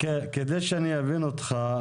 כדי שאני אבין אותך,